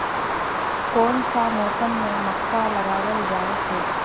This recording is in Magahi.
कोन सा मौसम में मक्का लगावल जाय है?